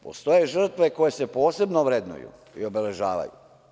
Postoje žrtve koje se posebno vrednuju i obeležavaju.